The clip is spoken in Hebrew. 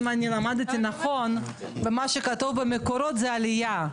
אם למדתי נכון במה שכתוב במקורות, זה עלייה.